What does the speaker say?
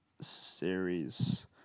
series